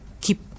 keep